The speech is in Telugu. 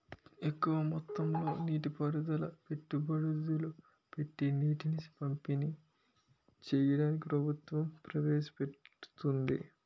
ఎక్కువ మొత్తంలో నీటి పారుదలను పెట్టుబడులు పెట్టీ నీటిని పంపిణీ చెయ్యడాన్ని ప్రభుత్వం ప్రవేశపెడుతోంది